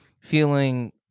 feeling